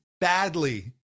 badly